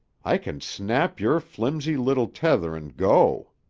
i can snap your flimsy little tether and go.